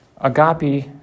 agape